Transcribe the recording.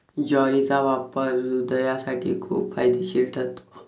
ज्वारीचा वापर हृदयासाठी खूप फायदेशीर ठरतो